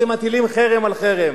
אתם מטילים חרם על חרם.